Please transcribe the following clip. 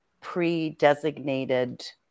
pre-designated